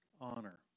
honor